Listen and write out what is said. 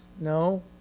No